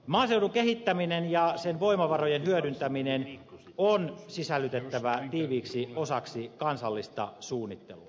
maaseudun kehittäminen ja sen voimavarojen hyödyntäminen on sisällytettävä tiiviiksi osaksi kansallista suunnittelua